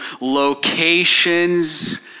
locations